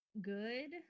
good